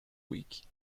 week